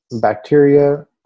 bacteria